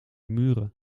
muren